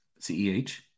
CEH